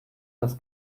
das